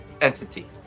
entity